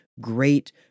great